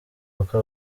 kuko